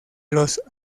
los